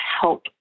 help